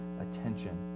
attention